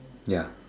ya